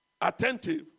attentive